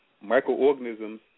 microorganisms